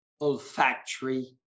olfactory